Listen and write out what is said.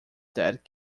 that